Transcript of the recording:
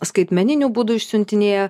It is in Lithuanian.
skaitmeniniu būdu išsiuntinėja